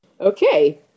Okay